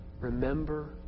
remember